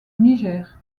niger